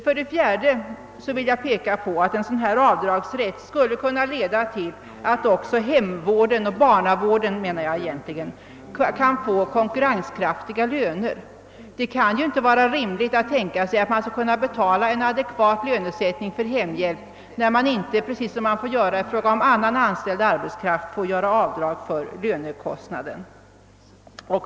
För det fjärde vill jag peka på att en sådan avdragsrätt skulle kunna leda till att också vården av barn i hemmet får en konkurrenskraftig lönesättning. Det kan inte vara rimligt att tänka sig att man skall kunna betala en adekvat lön för hemhjälp när man inte för denna, på motsvarande sätt som man får göra i fråga om annan anställd arbetskraft, får göra avdrag för lönekostnaden.